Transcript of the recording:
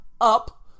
up